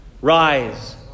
Rise